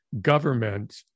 government